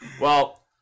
Well-